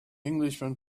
englishman